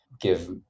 give